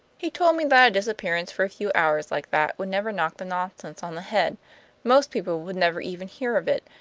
he told me that a disappearance for a few hours like that would never knock the nonsense on the head most people would never even hear of it,